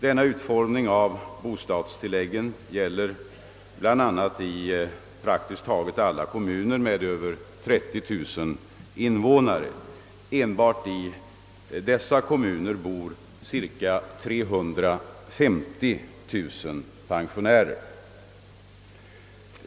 Denna utformning av bostadstilläggen gäller bl.a. i praktiskt taget alla kommuner med över 30 000 invånare. Enbart i dessa kommuner bor ca 350 000 pensionärer.